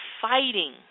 fighting